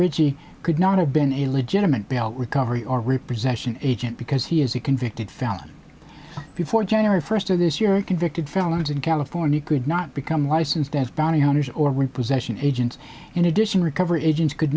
rigi could not have been a legitimate belt recovery or representation agent because he is a convicted felon before january first of this year convicted felons in california could not become licensed as bounty hunters or repossession agents in addition recovery agents could